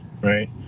right